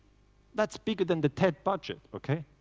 that's bigger than the ted budget, ok?